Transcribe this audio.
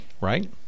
right